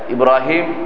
Ibrahim